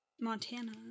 Montana